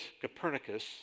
Copernicus